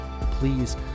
Please